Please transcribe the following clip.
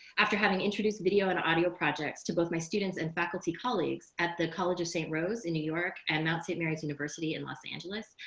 after having introduced video and audio projects to both my students and faculty colleagues at the college of saint rose in new york and mount st. mary's university in los angeles.